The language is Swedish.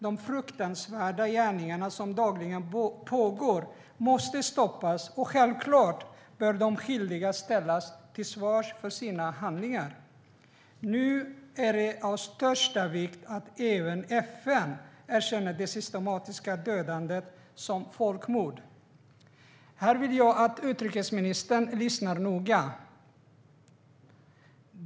De fruktansvärda gärningar som dagligen pågår måste stoppas, och självklart bör de skyldiga ställas till svars för sina handlingar. Nu är det av största vikt att även FN erkänner det systematiska dödandet som folkmord. Här vill jag att utrikesministern lyssnar noga.